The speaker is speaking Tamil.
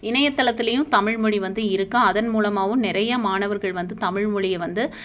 இணையத்தளத்துலேயும் தமிழ்மொழி வந்து இருக்குது அதன் மூலமாகவும் நிறையா மாணவர்கள் வந்து தமிழ்மொழியை வந்து